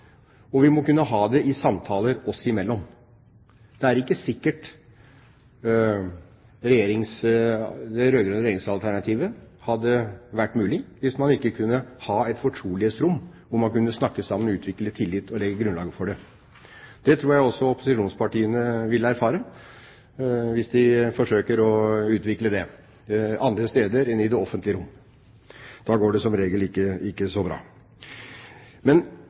Og vi må kunne ha det i samtaler oss imellom. Det er ikke sikkert det rød-grønne regjeringsalternativet hadde vært mulig hvis man ikke kunne ha et fortrolighetsrom hvor man kunne snakke sammen og utvikle tillit og legge grunnlaget for det. Det tror jeg også opposisjonspartiene vil erfare hvis de forsøker å utvikle det andre steder, i det offentlige rom – der går det som regel ikke så bra. Men